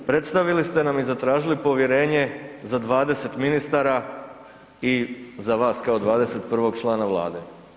Predstavili ste nam i zatražili povjerenje za 20 ministara i za vas kao 21. člana vlade.